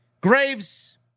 Graves